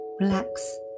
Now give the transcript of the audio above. relax